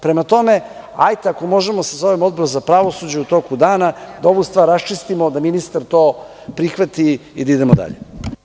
Prema tome, hajde ako možemo da sazovemo Odbor za pravosuđe u toku dana, da ovu stvar raščistimo, da ministar to prihvati i da idemo dalje.